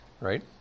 right